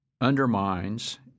undermines